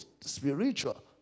spiritual